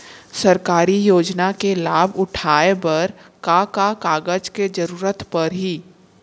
सरकारी योजना के लाभ उठाए बर का का कागज के जरूरत परही